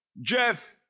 Jeff